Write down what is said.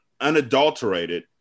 unadulterated